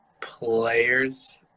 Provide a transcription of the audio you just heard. players